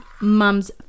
Mum's